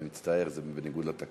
אני מצטער, זה בניגוד לתקנון.